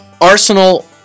Arsenal